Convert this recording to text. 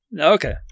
Okay